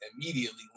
immediately